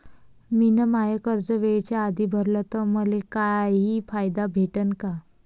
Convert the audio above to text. मिन माय कर्ज वेळेच्या आधी भरल तर मले काही फायदा भेटन का?